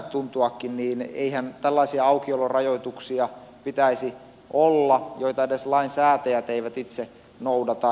eihän tällaisia aukiolorajoituksia pitäisi olla joita edes lainsäätäjät eivät itse noudata